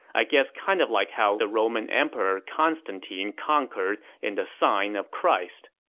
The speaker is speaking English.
i guess kind of like how the roman emperor constantine conquered in the sign of christ.